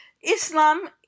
islam